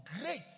great